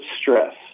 stress